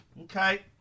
Okay